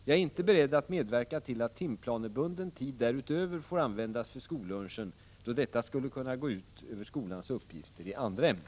Jag är inte beredd att medverka till att timplanebunden tid därutöver får användas för skollunchen, då detta skulle gå ut över skolans uppgifter i andra ämnen.